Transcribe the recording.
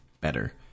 better